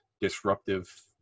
disruptive